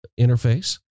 interface